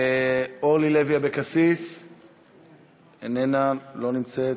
אורלי לוי אבקסיס, איננה, לא נמצאת,